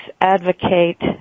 advocate